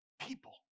people